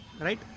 Right